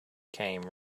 came